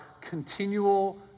continual